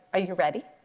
are you ready?